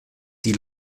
die